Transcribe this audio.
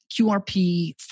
QRP